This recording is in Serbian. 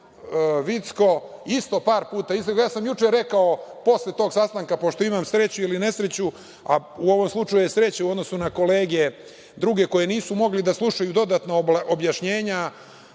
isto par puta, ja sam i rekao posle tog sastanka, pošto imam sreću ili nesreću, u ovom slučaju je sreća u odnosu na kolege druge koje nisu mogle da slušaju dodatno objašnjenja